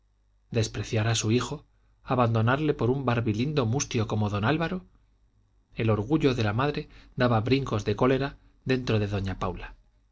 despreciar a su hijo abandonarle por un barbilindo mustio como don álvaro el orgullo de la madre daba brincos de cólera dentro de doña paula